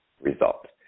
results